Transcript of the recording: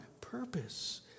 purpose